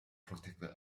protected